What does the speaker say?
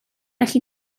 allu